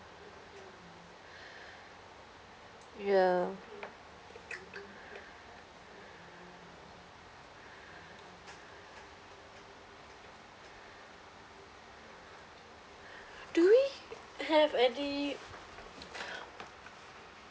ya do we have any